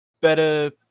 better